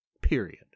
period